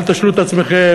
אל תשלו את עצמכם,